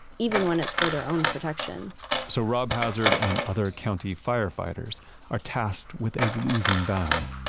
even when it's for their own protection so rob hazard and other county firefighters are tasked with a losing battle,